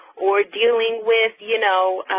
or dealing with you know,